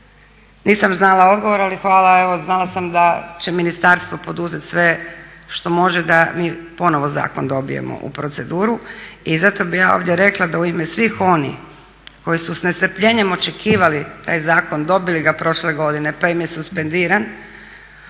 Nisam znala odgovor ali hvala, evo znala sam da će ministarstvo poduzeti sve što može da mi ponovno zakon dobijemo u proceduru. I zato bi ja ovdje rekla da u ime svih onih koji su s nestrpljenjem očekivali taj zakon, dobili ga prošle godine, pa im je suspendiran